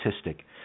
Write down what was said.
statistic